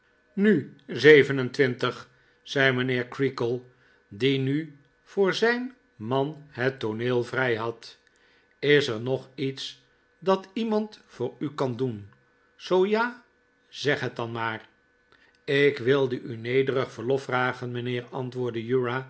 nu zeven en twin tig zei mijnheer creakle die nu voor z ij n man het tooneel vrij had is er nog iets dat iemand voor u kan doen zoo ja zeg het dan maar ik wilde u nederig verlof vragen mijnheer antwoordde